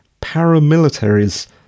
paramilitaries